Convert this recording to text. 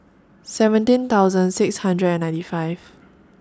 seventeen thoussand six hundred and ninety five